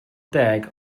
deg